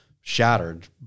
shattered